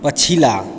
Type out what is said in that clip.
पछिला